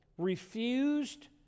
refused